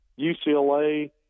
UCLA